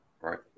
right